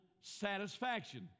satisfaction